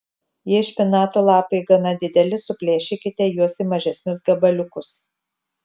jei špinatų lapai gana dideli suplėšykite juos į mažesnius gabaliukus